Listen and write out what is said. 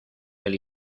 del